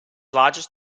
largest